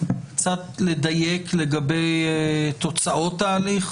האם יש לנו דרך לדייק את זה לפי תוצאות ההליך?